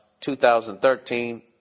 2013